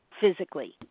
physically